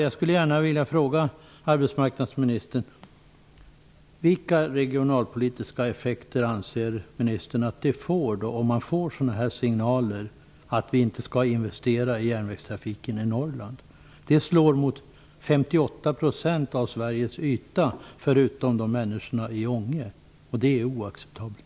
Jag skulle gärna fråga arbetsmarknadsministern följande: Vilka regionalpolitiska effekter anser ministern att signaler om att man inte skall investera i järnvägstrafiken i Norrland får? Det slår mot 58 % av Sveriges yta, förutom mot människorna i Ånge. Det är oacceptabelt.